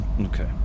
Okay